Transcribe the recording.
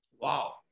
Wow